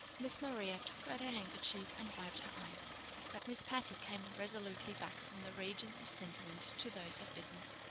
miss maria took out her handkerchief and wiped her eyes but miss patty came resolutely back from the regions of sentiment to those of business.